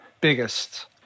biggest